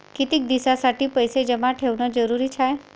कितीक दिसासाठी पैसे जमा ठेवणं जरुरीच हाय?